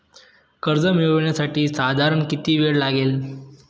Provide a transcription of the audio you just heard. कर्ज मिळविण्यासाठी साधारण किती वेळ लागेल?